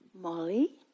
Molly